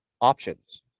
options